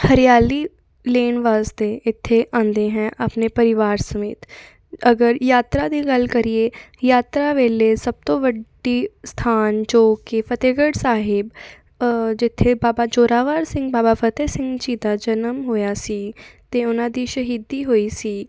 ਹਰਿਆਲੀ ਲੈਣ ਵਾਸਤੇ ਇੱਥੇ ਆਉਂਦੇ ਹੈ ਆਪਣੇ ਪਰਿਵਾਰ ਸਮੇਤ ਅਗਰ ਯਾਤਰਾ ਦੀ ਗੱਲ ਕਰੀਏ ਯਾਤਰਾ ਵੇਲੇ ਸਭ ਤੋਂ ਵੱਡੀ ਸਥਾਨ ਜੋ ਕਿ ਫਤਿਹਗੜ੍ਹ ਸਾਹਿਬ ਜਿੱਥੇ ਬਾਬਾ ਜੋਰਾਵਰ ਸਿੰਘ ਬਾਬਾ ਫਤਿਹ ਸਿੰਘ ਜੀ ਦਾ ਜਨਮ ਹੋਇਆ ਸੀ ਅਤੇ ਉਹਨਾਂ ਦੀ ਸ਼ਹੀਦੀ ਹੋਈ ਸੀ